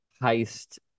heist